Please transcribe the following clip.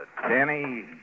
Danny